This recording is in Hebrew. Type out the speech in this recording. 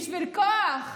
בשביל כוח,